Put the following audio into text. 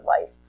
life